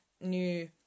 new